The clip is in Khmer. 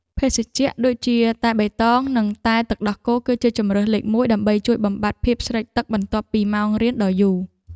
ភេសជ្ជៈដូចជាតែបៃតងនិងតែទឹកដោះគោគឺជាជម្រើសលេខមួយដើម្បីជួយបំបាត់ភាពស្រេកទឹកបន្ទាប់ពីម៉ោងរៀនដ៏យូរ។